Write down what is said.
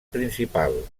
principal